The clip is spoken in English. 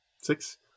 Six